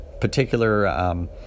particular